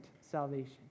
salvation